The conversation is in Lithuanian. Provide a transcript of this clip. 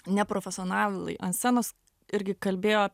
neprofesionalai ant scenos irgi kalbėjo